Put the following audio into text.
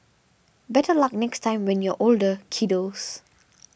better luck next time when you're older kiddos